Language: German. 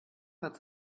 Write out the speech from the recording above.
hat